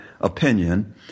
opinion